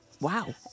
Wow